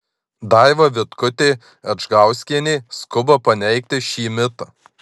daiva vitkutė adžgauskienė skuba paneigti šį mitą